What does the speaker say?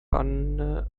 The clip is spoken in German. eines